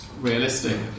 Realistic